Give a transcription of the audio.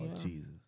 Jesus